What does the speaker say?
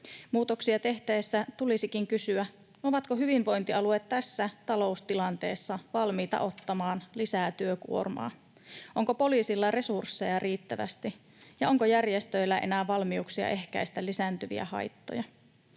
Muutoksia tehtäessä tulisikin kysyä, ovatko hyvinvointialueet tässä taloustilanteessa valmiita ottamaan lisää työkuormaa, onko poliisilla resursseja riittävästi ja onko järjestöillä enää valmiuksia ehkäistä lisääntyviä haittoja.